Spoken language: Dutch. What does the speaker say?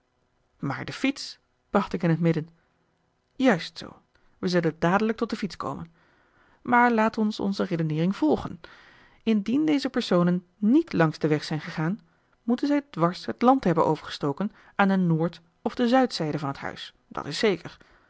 maar de fiets bracht ik in het midden juist zoo wij zullen dadelijk tot de fiets komen maar laat ons onze redeneering volgen indien deze personen niet langs den weg zijn gegaan moeten zij dwars het land hebben overgestoken aan de noord of de zuidzijde van het huis dat is zeker